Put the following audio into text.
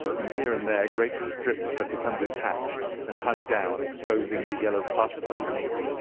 and here and there great strips had become detached and hung down, exposing the yellow plaster and beneath.